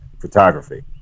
photography